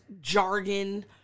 jargon